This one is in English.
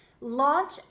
launch